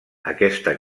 aquesta